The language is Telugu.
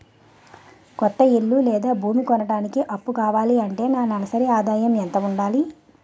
కొత్త ఇల్లు లేదా భూమి కొనడానికి అప్పు కావాలి అంటే నా నెలసరి ఆదాయం ఎంత ఉండాలి?